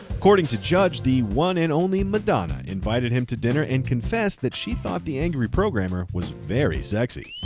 according to judge, the one and only madonna invited him to dinner and confessed that she thought the angry programmer was very sexy.